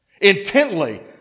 intently